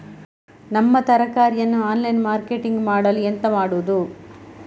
ನಮ್ಮ ತರಕಾರಿಯನ್ನು online marketing ಮಾಡಲು ಎಂತ ಮಾಡುದು?